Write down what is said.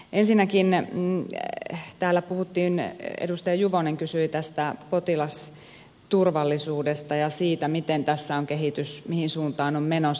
ensinnäkin täällä puhuttiin edustaja juvonen kysyi tästä potilasturvallisuudesta ja siitä mihin suuntaan kehitys on menossa